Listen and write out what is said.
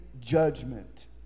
judgment